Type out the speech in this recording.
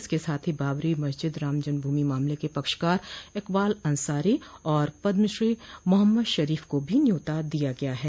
इसके साथ ही बाबरी मस्जिद रामजन्मभूमि मामले के पक्षकार इकबाल अंसारी और पद्म श्री मोहम्मद शरीफ को भी न्यौता दिया गया है